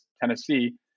Tennessee